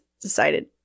decided